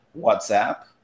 WhatsApp